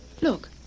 Look